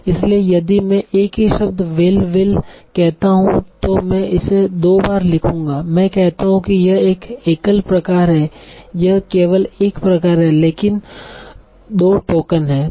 इसलिए यदि मैं एक ही शब्द will willकहता हूं तो इसे में दो बार लिखूंगा मैं कहता हूं कि यह एक एकल प्रकार है यह केवल एक प्रकार है लेकिन 2 टोकन हैं